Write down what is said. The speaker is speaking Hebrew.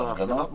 הפגנות מותר.